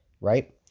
Right